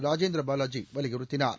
ராஜேந்திர பாவாஜி வலியுறுத்தினார்